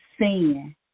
sin